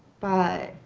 but,